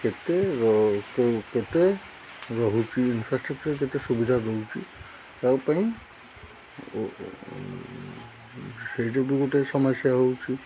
କେତେ କେତେ ରହୁଛି ଇନଫ୍ରାଷ୍ଟ୍ରକ୍ଚର କେତେ ସୁବିଧା ରହୁଛି ତା ପାଇଁ ସେଇଟ ବି ଗୋଟେ ସମସ୍ୟା ହେଉଛି